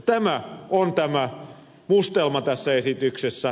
tämä on tämä mustelma tässä esityksessä